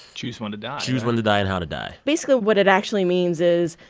choose when to die choose when to die and how to die basically what it actually means is,